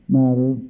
matter